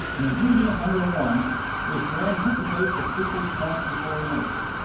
ingredient number one is to anticipate the speaker's point before he makes it.